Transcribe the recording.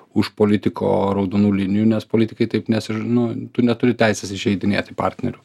už politiko raudonų linijų nes politikai taip nesiž nu tu neturi teisės įžeidinėti partnerių